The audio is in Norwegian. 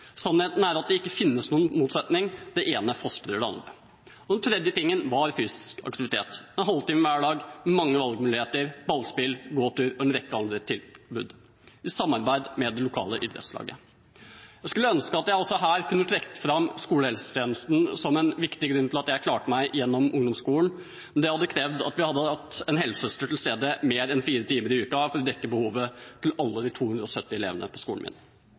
Sannheten er at det ikke finnes noen motsetning. Det ene fostrer det andre. Den tredje tingen var fysisk aktivitet – en halvtime hver dag, med mange valgmuligheter: ballspill, gåtur og en rekke andre tilbud, i samarbeid med det lokale idrettslaget. Jeg skulle ønske at jeg også her kunne trukket fram skolehelsetjenesten som en viktig grunn til at jeg klarte meg gjennom ungdomsskolen, men det hadde krevd at vi hadde hatt en helsesøster til stede i mer enn 4 timer i uka for å dekke behovet til alle de 270 elevene på skolen